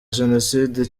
jenoside